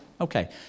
Okay